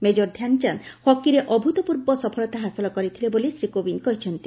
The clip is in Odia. ମେଜର ଧ୍ୟାନଚାନ୍ଦ ହକିରେ ଅଭୂତପୂର୍ବ ସଫଳତା ହାସଲ କରିଥିଲେ ବ୍ରୋଲି ଶ୍ରୀ କୋବିନ୍ଦ କହିଛନ୍ତି